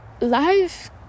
life